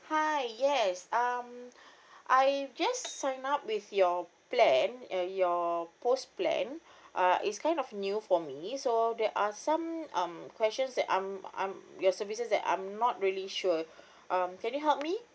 hi yes um I just sign up with your plan uh your post plan uh is kind of new for me so there are some um questions that I'm I'm your services that I'm not really sure um can you help me